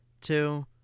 Two